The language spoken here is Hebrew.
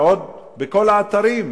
ועוד בכל האתרים,